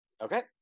Okay